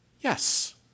yes